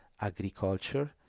agriculture